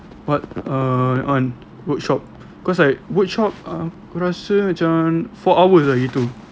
but err on workshop cause I workshop ah aku rasa macam four hours ah gitu